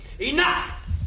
Enough